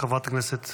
חברת הכנסת